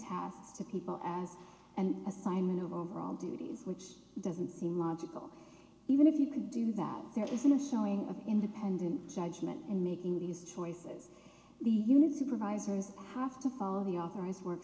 to people as and assignment of overall duties which doesn't seem logical even if you could do that there isn't a showing of independent judgment and making these choices the unit supervisors have to follow the authorized work